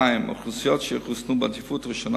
2. אוכלוסיות שיחוסנו בעדיפות הראשונה